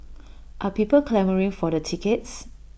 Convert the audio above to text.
are people clamouring for the tickets